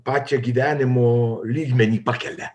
pačią gyvenimo lygmenį pakelia